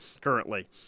Currently